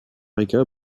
rica